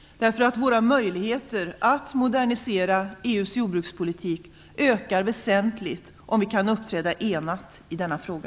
Våra möjligheter att modernisera EU:s jordbrukspolitik ökar väsentligt om vi kan uppträda enat i denna fråga.